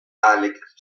alex